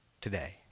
today